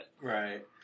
Right